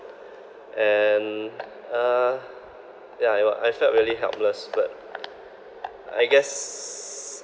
and uh yeah it wa~ I felt really helpless but I guess